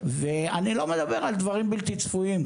ואני לא מדבר על דברים בלתי צפויים,